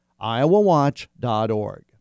iowawatch.org